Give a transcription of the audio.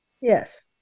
yes